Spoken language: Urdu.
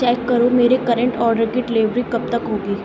چیک کرو میرے کرنٹ آرڈر کی ڈلیوری کب تک ہوگی